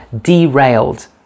derailed